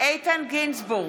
איתן גינזבורג,